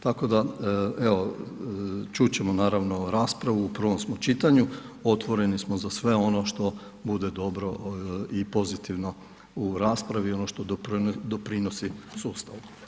Tako da evo čut ćemo naravno raspravu u prvom smo čitanju, otvoreni smo za sve ono što bude dobro i pozitivno u raspravi i ono što doprinosi sustavu.